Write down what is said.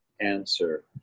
answer